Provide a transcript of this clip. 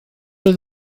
oedd